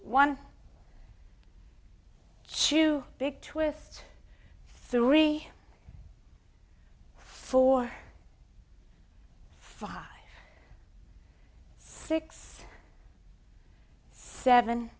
one shoe big twist three four five six seven